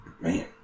Man